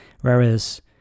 whereas